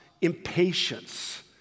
impatience